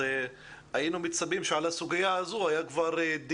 היינו מצפים שעל הסוגיה הזו כבר התקיים